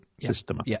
system